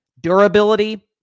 Durability